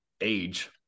age